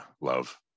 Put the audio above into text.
love